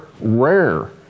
rare